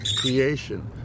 creation